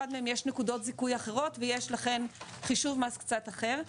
מהם יש נקודות זיכוי אחרות ויש לכן חישוב מס קצת אחר.